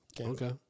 Okay